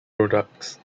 products